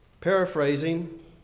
paraphrasing